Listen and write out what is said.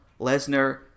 lesnar